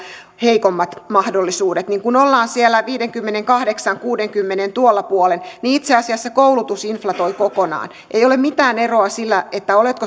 heikommat mahdollisuudet niin kun ollaan siellä viidenkymmenenkahdeksan viiva kuudenkymmenen tuolla puolen itse asiassa koulutus inflatoi kokonaan ei ole mitään eroa sillä onko